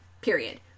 period